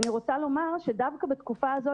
אני רוצה לומר שדווקא בתקופה הזו,